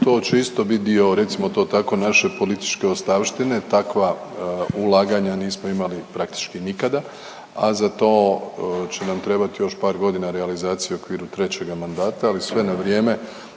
to će isto bit dio recimo to tako naše političke ostavštine. Takva ulaganja nismo imali praktički nikada, a za to će nam trebati još par godina realizacije u okviru trećega mandata. Ali sve na vrijeme